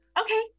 Okay